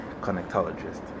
connectologist